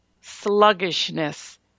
sluggishness